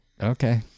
Okay